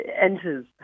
enters